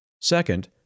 Second